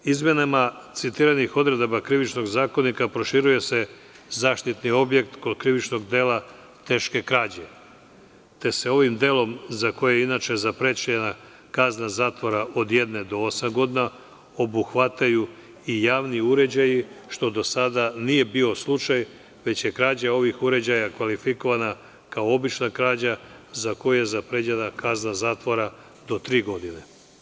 Izmenama citiranih odredaba Krivičnog zakonika proširuje se zaštitni objekt kod krivičnog dela teške krađe, te se ovim delom za koje je inače zaprećena kazna zatvora od jedne do osam godina, obuhvataju i javni uređaji, što do sada nije bio slučaj, već je krađa ovih uređaja kvalifikovana kao obična krađa za koju je zaprećena kazna zatvora do tri godine.